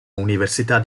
università